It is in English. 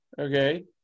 okay